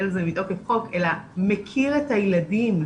על זה מתוקף חוק אלא מכיר את הילדים.